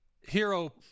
hero